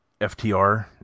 FTR